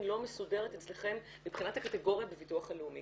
לא מסודרת אצלכם מבחינת הקטגוריה בביטוח הלאומי.